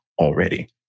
already